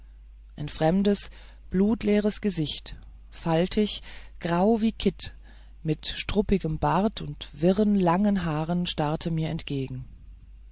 ein fremdes blutleeres gesicht faltig grau wie kitt mit struppigem bart und wirrem langem haar starrte mir entgegen